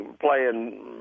playing